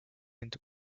into